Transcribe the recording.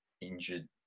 injured